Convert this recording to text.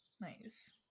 Nice